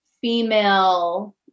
female